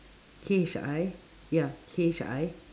K H I ya K H I